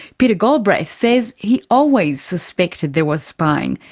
peter galbraith says he always suspected there was spying,